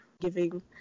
giving